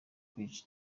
kwica